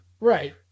Right